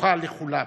פתוחה לכולם.